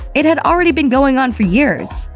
it had already been going on for years.